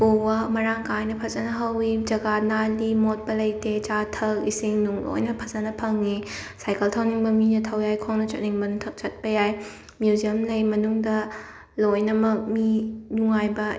ꯎ ꯋꯥ ꯃꯔꯥꯡ ꯀꯥꯏꯅ ꯐꯖꯅ ꯍꯧꯋꯤ ꯖꯒꯥ ꯅꯥꯜꯂꯤ ꯃꯣꯠꯄ ꯂꯩꯇꯦ ꯆꯥ ꯊꯛ ꯏꯁꯤꯡꯅꯨꯡ ꯂꯣꯏꯅ ꯐꯖꯅ ꯐꯪꯉꯤ ꯁꯥꯏꯀꯜ ꯊꯧꯅꯤꯡꯕ ꯃꯤꯅ ꯊꯩ ꯌꯥꯏ ꯈꯣꯡꯅ ꯆꯠꯅꯤꯡꯕꯅ ꯆꯠꯄꯌꯥꯏ ꯃ꯭ꯌꯨꯖ꯭ꯌꯝ ꯂꯩ ꯃꯅꯨꯡꯗ ꯂꯣꯏꯅꯃꯛ ꯃꯤ ꯅꯨꯡꯉꯥꯏꯕ